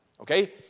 okay